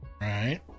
Right